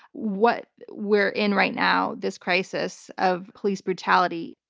what we're in right now, this crisis of police brutality,